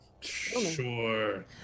Sure